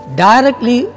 directly